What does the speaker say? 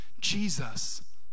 Jesus